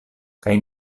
kaj